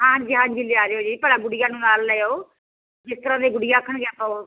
ਹਾਂਜੀ ਹਾਂਜੀ ਲਿਆ ਦਿਓ ਜੀ ਭਲਾ ਗੁੜੀਆ ਨੂੰ ਨਾਲ ਲੈ ਆਓ ਜਿਸ ਤਰ੍ਹਾਂ ਦੇ ਗੁੜੀਆ ਆਖਣਗੇ ਆਪਾਂ